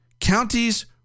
counties